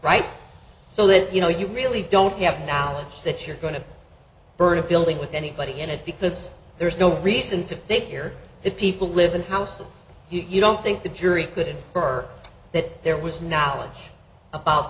bright so that you know you really don't have knowledge that you're going to burn a building with anybody in it because there's no reason to think here if people live in houses you don't think the jury could work that there was knowledge about